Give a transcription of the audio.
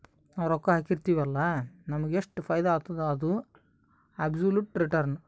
ನಾವ್ ರೊಕ್ಕಾ ಹಾಕಿರ್ತಿವ್ ಅಲ್ಲ ನಮುಗ್ ಎಷ್ಟ ಫೈದಾ ಆತ್ತುದ ಅದು ಅಬ್ಸೊಲುಟ್ ರಿಟರ್ನ್